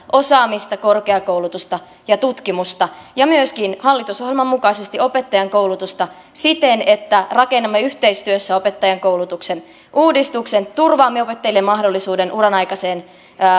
osaamista korkeakoulutusta ja tutkimusta ja myöskin hallitusohjelman mukaisesti opettajankoulutusta siten että rakennamme yhteistyössä opettajankoulutuksen uudistuksen turvaamme opettajille mahdollisuuden uranaikaiseen